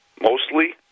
mostly